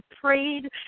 prayed